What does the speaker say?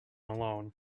alone